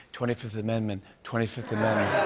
twenty fifth amendment, twenty fifth amendment.